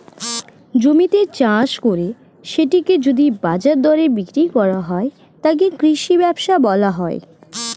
জমিতে চাষ করে সেটিকে যদি বাজার দরে বিক্রি করা হয়, তাকে কৃষি ব্যবসা বলা হয়